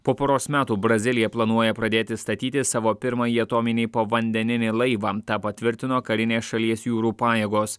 po poros metų brazilija planuoja pradėti statyti savo pirmąjį atominį povandeninį laivą tą patvirtino karinės šalies jūrų pajėgos